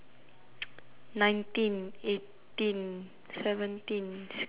nineteen eighteen seventeen sixteen